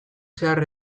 zehar